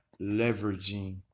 leveraging